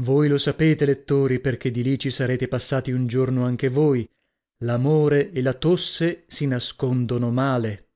voi lo sapete lettori perchè di lì ci sarete passati un giorno anche voi l'amore e la tosse si nascondono male